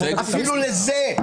אפילו לזה.